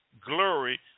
glory